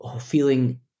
feeling